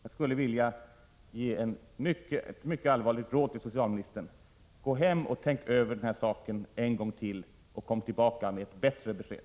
Jag skulle vilja ge ett mycket allvarligt råd till socialministern: Gå hem och tänk över den här saken en gång till, och kom tillbaka med ett bättre besked.